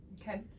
Okay